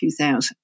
2000